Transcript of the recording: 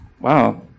Wow